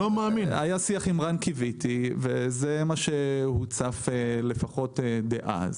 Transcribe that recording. היה שיח עם רן קויתי וזה מה שהוצף לפחות דאז.